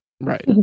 Right